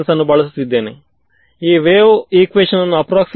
ವಿದ್ಯಾರ್ಥಿ0 ಯಲ್ಲಿ ಸೋ ಇದು ಕೇವಲ ಸ್ಕ್ಯಾಟರ್ಡ್ ಮಾತ್ರ ಆದುದರಿಂದ